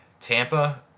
Tampa